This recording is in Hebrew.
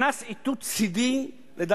פנס איתות צדי ל"דייהטסו"